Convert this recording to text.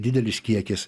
didelis kiekis